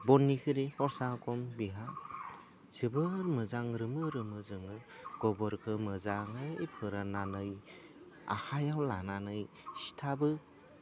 बननिखुरै खरसा खम बिहा जोबोद मोजां रोमो रोमो जोङो गोबोरखो मोजाङै फोराननानै आखाइआव लानानै सिथाबो